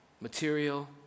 material